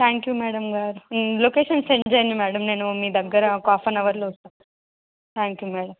thank you madam గారు location send చేయండి madam నేను మీ దగ్గర ఒక హాఫ్ ఆన్ అవర్లో వస్తాను థ్యాంక్ యూ మ్యాడమ్